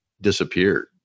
disappeared